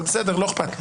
אבל בסדר, לא אכפת לי.